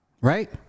Right